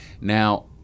now